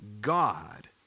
God